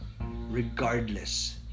regardless